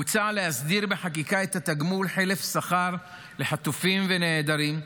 מוצע להסדיר בחקיקה את התגמול חלף שכר לחטופים ולנעדרים,